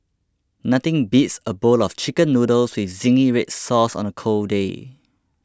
nothing beats a bowl of Chicken Noodles with Zingy Red Sauce on a cold day